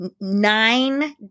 nine